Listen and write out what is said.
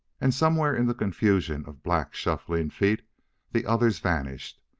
and somewhere in the confusion of black, shuffling feet the others vanished.